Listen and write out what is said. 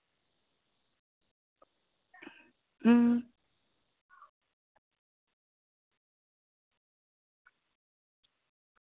अं